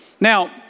Now